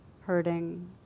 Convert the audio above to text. hurting